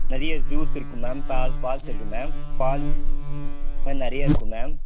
நிறைய ஜூஸ் இருக்கும் மேம் பா ஃபால்ஸ் இருக்கும் மேம் ஃபால்ஸ் மாதிரி நிறைய இருக்கும் மேம்